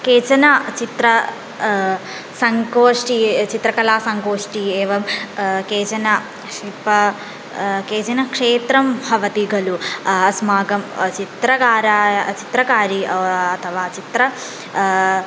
केचन चित्रं सङ्गोष्ठिं चित्रकलासङ्गोष्ठिम् एवं केचन शिल्पः केचनक्षेत्रं भवति खलु अस्माकं चित्रकाराय चित्रकारी अथवा चित्र